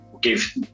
give